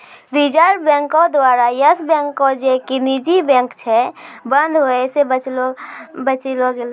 reserve बैंको द्वारा Yes Bank जे कि निजी बैंक छै, बंद होय से बचैलो गेलै